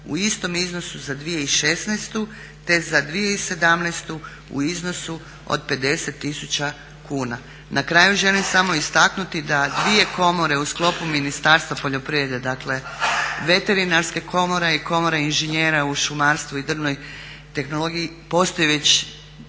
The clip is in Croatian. u istom iznosu za 2016., te za 2017.u iznosu od 50 tisuća kuna. Na kraju želim samo istaknuti da dvije komore u sklopu Ministarstva poljoprivrede, dakle Veterinarske komore i Komore inženjera u šumarstvu i drvnoj tehnologiji postoji već